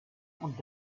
und